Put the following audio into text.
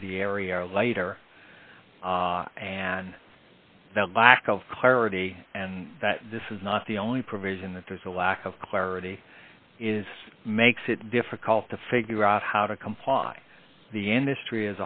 to the area later and that lack of clarity and that this is not the only provision that there's a lack of clarity is makes it difficult to figure out how to comply the end